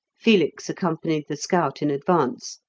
felix accompanied the scout in advance,